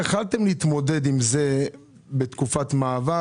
יכולתם להתמודד עם עוד 20% בתקופת מעבר,